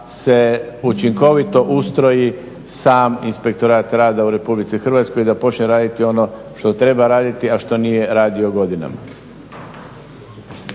se učinkovito ustroji sav Inspektorat rada u RH i da počne raditi ono što treba raditi, a što nije radio godinama.